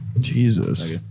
Jesus